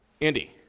Andy